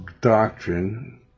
doctrine